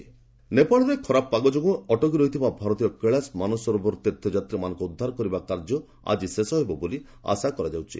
Nepal pilgrim ନେପାଳରେ ଖରାପ ପାଗ ଯୋଗୁଁ ଅଟକି ରହିଥିବା ଭାରତୀୟ କୈଳାସ ମାନସରୋବର ତୀର୍ଥଯାତ୍ରୀମାନଙ୍କୁ ଉଦ୍ଧାର କରିବା କାର୍ଯ୍ୟ ଆଜି ଶେଷ ହେବ ବୋଲି ଆଶା କରାଯାଉଛି